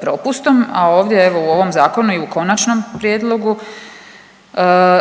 propustom, a ovdje, evo u ovom zakonu i u konačnom prijedlogu